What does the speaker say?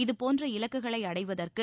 இதபோன்ற இலக்குகளை அடைவதற்கு